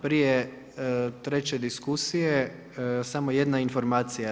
Prije treće diskusije, samo jedna informacija.